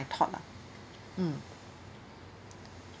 thought lah mm